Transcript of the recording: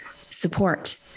support